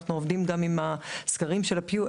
ואנחנו עובדים גם עם הסקרים של ה-Pew.